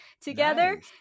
together